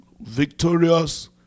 victorious